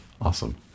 awesome